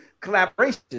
collaboration